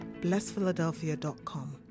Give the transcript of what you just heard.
blessphiladelphia.com